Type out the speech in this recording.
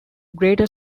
greater